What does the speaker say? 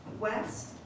West